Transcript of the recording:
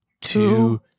Two